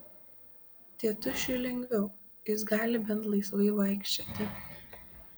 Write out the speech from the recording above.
tėtušiui lengviau jis gali bent laisvai vaikščioti